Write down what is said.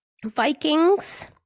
Vikings